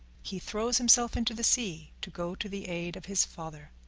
he throws himself into the sea to go to the aid of his father.